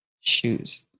shoes